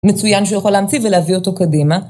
מצוין שיכול להמציא ולהביא אותו קדימה.